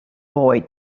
boy